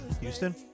Houston